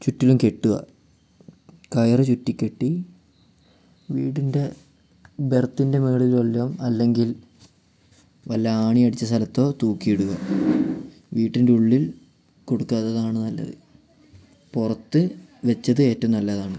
ചുറ്റിലും കെട്ടുക കയര് ചുറ്റിക്കെട്ടി വീടിൻ്റെ ബെർത്തിൻ്റെ മുകളില് വല്ലതും അല്ലെങ്കിൽ വല്ല ആണിയടിച്ച സ്ഥലത്തോ തൂക്കിയിടുക വീട്ടിന്റുള്ളിൽ കൊടുക്കാത്തതാണു നല്ലത് പുറത്തുവച്ചത് ഏറ്റവും നല്ലതാണ്